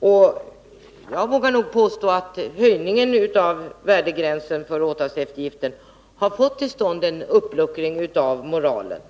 och jag vågar påstå att höjningen av värdegränsen för åtalseftergift har åstakommit en uppluckring av moralen.